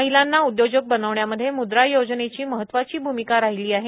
महिलांना उद्योजक बनवण्यामध्ये मुद्रा योजनेची महत्वाची भूमिका राहिली आहे